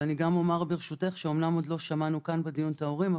אמנם לא שמענו בדיון את ההורים,